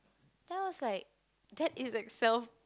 then I was like that is like self pro~